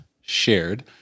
shared